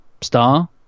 star